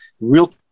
real